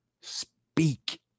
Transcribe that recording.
speak